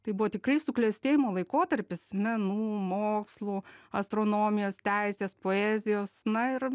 tai buvo tikrai suklestėjimo laikotarpis menų mokslų astronomijos teisės poezijos na ir